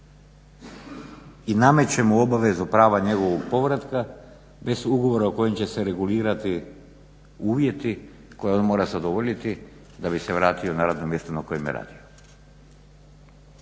i nameće mu obavezu prava njegovog povratka bez ugovora u kojem će se regulirati uvjeti koje on mora zadovoljiti da bi se vratio na radno mjesto na kojem je radio.